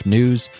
News